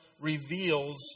reveals